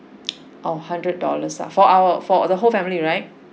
oh hundred dollars ah for our for the whole family right